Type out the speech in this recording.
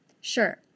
Sure